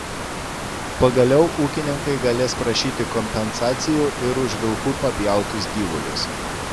pagaliau ūkininkai galės prašyti kompensacijų ir už vilkų papjautus gyvulius